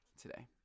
today